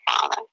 Father